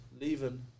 leaving